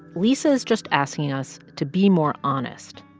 lisa's just asking us to be more honest.